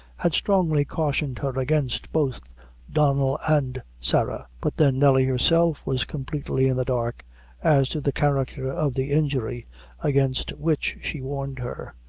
had strongly cautioned her against both donnel and sarah, but then nelly herself was completely in the dark as to the character of the injury against which she warned her,